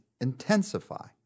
intensify